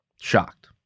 shocked